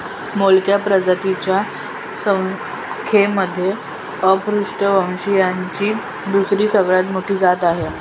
Mollusca प्रजातींच्या संख्येमध्ये अपृष्ठवंशीयांची दुसरी सगळ्यात मोठी जात आहे